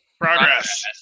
Progress